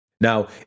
Now